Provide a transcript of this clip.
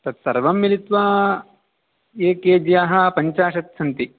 तत् सर्वं मिलित्वा एकेभ्यः पञ्चाशत् सन्ति